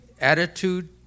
attitude